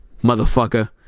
motherfucker